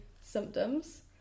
symptoms